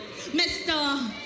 Mr